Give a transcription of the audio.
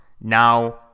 now